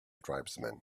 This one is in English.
tribesman